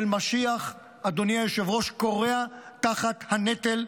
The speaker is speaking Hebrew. חמורו של משיח, אדוני היושב-ראש, כורע תחת הנטל,